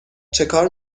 چکار